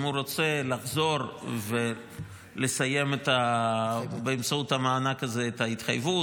אם הוא רוצה לחזור ולסיים באמצעות המענק הזה את ההתחייבות,